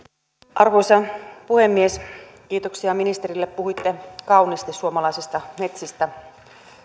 arvoisa puhemies kiitoksia ministerille puhuitte kauniisti suomalaisista metsistä